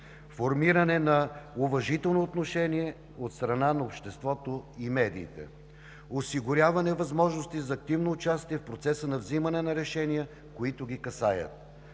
формиране на уважително отношение от страна на обществото и медиите, осигуряване на възможности за активно участие в процеса на взимане на решения, които ги касаят.